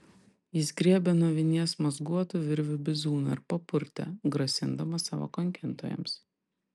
jis griebė nuo vinies mazguotų virvių bizūną ir papurtė grasindamas savo kankintojams